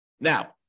Now